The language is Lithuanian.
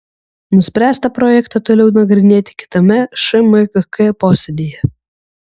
nuspręsta projektą toliau nagrinėti kitame šmkk posėdyje